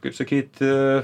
kaip sakyti